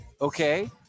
Okay